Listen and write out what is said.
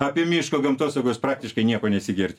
apie miško gamtosaugos praktiškai nieko nesigirdi